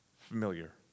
familiar